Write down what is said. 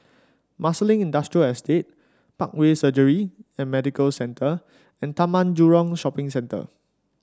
Marsiling Industrial Estate Parkway Surgery and Medical Centre and Taman Jurong Shopping Centre